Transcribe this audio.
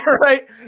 Right